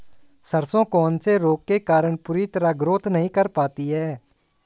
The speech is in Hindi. सरसों कौन से रोग के कारण पूरी तरह ग्रोथ नहीं कर पाती है?